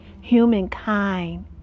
humankind